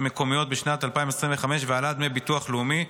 מקומיות בשנת 2025 והעלאת דמי ביטוח לאומי),